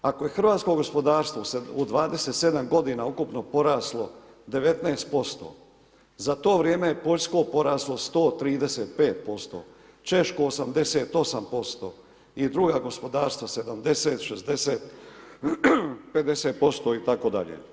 Ako je hrvatsko gospodarstvo u 27 godina ukupno poraslo 19%, za to vrijeme je Poljsko poraslo 135%, Češko 88% i druga gospodarstva 70, 60, 50% itd.